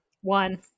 one